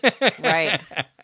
right